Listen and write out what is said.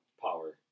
power